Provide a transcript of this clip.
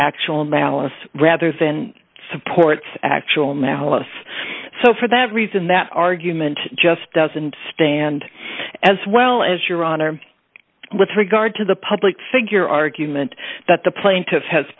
actual malice rather than supports actual malice so for that reason that argument just doesn't stand as well as your honor with regard to the public figure argument that the plaintiff has